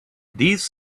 these